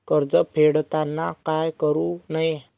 कर्ज फेडताना काय करु नये?